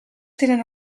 tenen